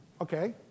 Okay